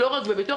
לא רק בביטוח.